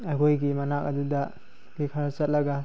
ꯑꯩꯈꯣꯏꯒꯤ ꯃꯅꯥꯛ ꯑꯗꯨꯗ ꯑꯗꯩ ꯈꯔ ꯆꯠꯂꯒ